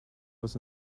was